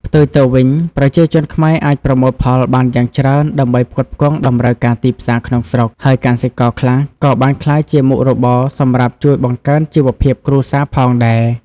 ផ្ទុយទៅវិញ ប្រជាជនខ្មែរអាចប្រមូលផលបានយ៉ាងច្រើនដើម្បីផ្គត់ផ្គង់តម្រូវការទីផ្សារក្នុងស្រុក ហើយកសិករខ្លះក៏បានក្លាយជាមុខរបរសម្រាប់ជួយបង្កើនជីវភាពគ្រួសារផងដែរ។